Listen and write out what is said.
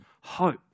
hope